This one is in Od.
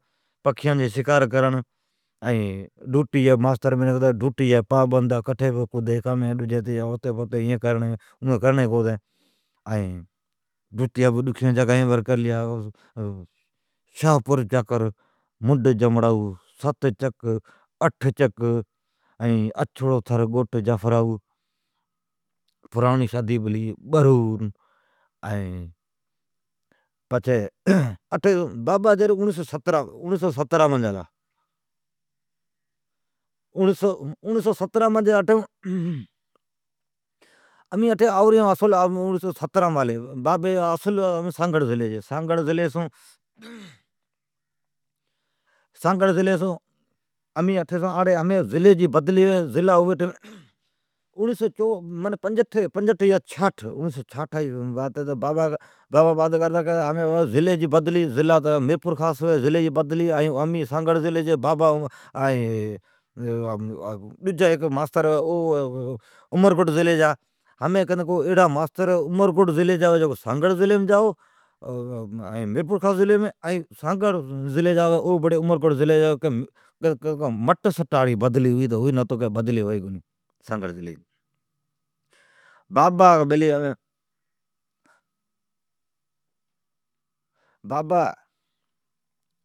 پکھیان جی شکار کرڑ۔ ماستر منکھ گتی ڈوٹی جی پابنداورتی پورتی ایین وادھین کامین ھتین کونی۔ ڈوٹی بہ ڈکھیان جگایام ڈیلی شاھپورچاکر، منڈ جمڑائو، ست چک، اٹھ چک، اچھڑو تھر گوٹ جافرائو، پراڑین شادی پلی، اوس پچھے بابا اوڑیھ سو ستریم اٹھی آلا۔ امین اصل خد ساگھڑ ضلعی جی ھون۔ اوڑیھ سو ستریم اٹھی آلی۔ ضلعی جی بدلی ھوئ، اوڑیھ سو پنجیٹھ یا اوڑیھ سو چھھاٹھ ، ضلعی جی بدلی ھوئ، او ٹائیمام ضلع میر پور خاص ھتا ،امین ساگھڑی جی۔ ڈجی ھیک استاد عمر کوٹ ضلعی جا ھتا۔ سانگھڑ ضلعا ڑا اٹھی آوی اٹھلا سانگھڑ ضلعیم جائی، کی تہ مٹ سٹان ڑی بدلی ھوی۔ بابا بیلی ھمین، بابا